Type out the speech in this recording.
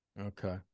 Okay